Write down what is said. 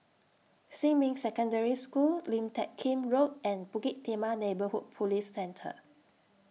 Xinmin Secondary School Lim Teck Kim Road and Bukit Timah Neighbourhood Police Centre